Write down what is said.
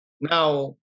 now